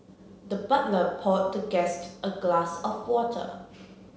the butler poured the guest a glass of water